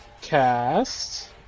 cast